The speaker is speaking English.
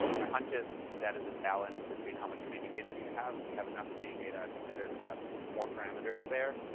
my hunch is that is a balance between how much training data do you have. if you have enough training data, it's better to have more parameters there.